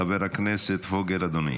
חבר הכנסת פוגל, אדוני,